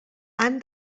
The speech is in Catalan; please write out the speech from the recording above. han